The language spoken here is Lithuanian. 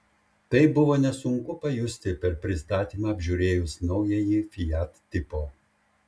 tai buvo nesunku pajusti per pristatymą apžiūrėjus naująjį fiat tipo